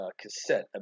cassette